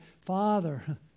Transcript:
Father